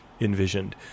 envisioned